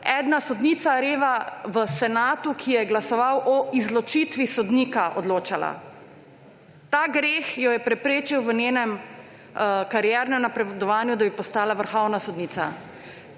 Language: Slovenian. ena sodnica, reva, v senatu, ki je glasoval o izločitvi sodnika, odločala. Ta greh jo je preprečil v njenem kariernem napredovanju, da bi postala vrhovna sodnica.